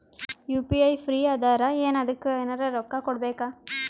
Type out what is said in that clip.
UPI free ಅದಾರಾ ಏನ ಅದಕ್ಕ ಎನೆರ ರೊಕ್ಕ ಕೊಡಬೇಕ?